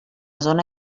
zona